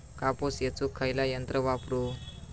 कापूस येचुक खयला यंत्र वापरू?